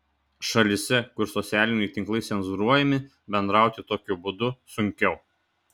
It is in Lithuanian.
šalyse kur socialiniai tinklai cenzūruojami bendrauti tokiu būdu sunkiau